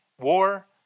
war